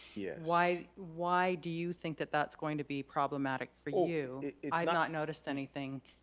yeah why why do you think that that's going to be problematic for you? i've not noticed anything,